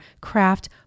craft